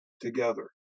together